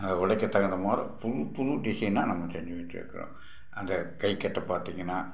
அந்த உடைக்கு தகுந்த மாரி புது புது டிஸைனாக நம்ம செஞ்சு வச்சிருக்குறோம் அந்த கை கட்டு பார்த்திங்கினா